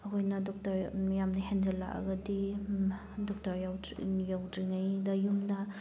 ꯑꯩꯈꯣꯏꯅ ꯗꯣꯛꯇꯔ ꯌꯥꯝꯅ ꯍꯦꯟꯖꯜꯂꯛꯑꯒꯗꯤ ꯗꯣꯛꯇꯔ ꯌꯧꯗ꯭ꯔꯤ ꯌꯧꯗ꯭ꯔꯤꯉꯩꯗ ꯌꯨꯝꯗ